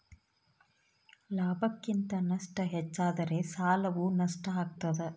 ಲಾಭಕ್ಕಿಂತ ನಷ್ಟ ಹೆಚ್ಚಾದರೆ ಸಾಲವು ನಷ್ಟ ಆಗ್ತಾದ